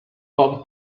palm